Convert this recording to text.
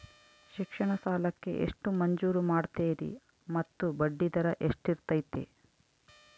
ಶಿಕ್ಷಣ ಸಾಲಕ್ಕೆ ಎಷ್ಟು ಮಂಜೂರು ಮಾಡ್ತೇರಿ ಮತ್ತು ಬಡ್ಡಿದರ ಎಷ್ಟಿರ್ತೈತೆ?